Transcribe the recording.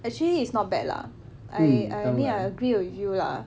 actually it's not bad I I mean I agree with you lah